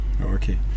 Okay